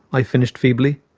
i finished feebly.